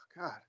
god